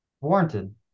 Warranted